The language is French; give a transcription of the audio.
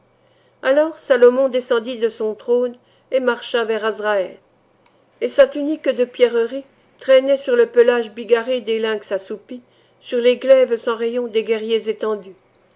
alors salomon descendit de son trône et marcha vers azraël et sa tunique de pierreries traînait sur le pelage bigarré des lynx assoupis sur les glaives sans rayons des guerriers étendus